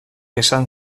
esan